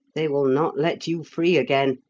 they will not let you free again,